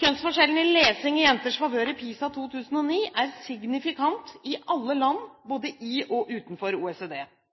Kjønnsforskjellen i lesing i jenters favør i PISA 2009 er signifikant i alle land både i og utenfor OECD.